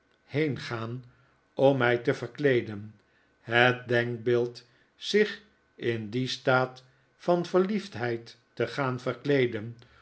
om mij te verkleeden het denkbeeld zich in dien staat van verliefdheid te gaan verkleeden